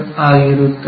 ಆಗಿರುತ್ತದೆ